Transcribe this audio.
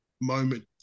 moment